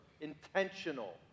intentional